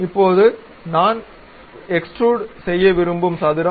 இப்போது இது நான் எக்ஸ்ட்ரூட் செய்ய்ய விரும்பும் சதுரம்